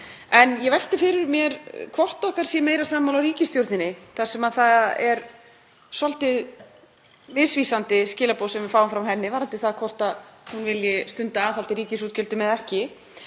En ég velti fyrir mér hvort okkar sé meira sammála ríkisstjórninni þar sem það eru svolítið misvísandi skilaboð sem við fáum frá henni varðandi það hvort hún vilji stunda aðhald í ríkisútgjöldum eða ekki.